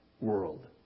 world